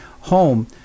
home